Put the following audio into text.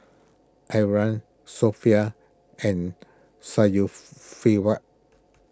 Aryan Sofia and Syafiqah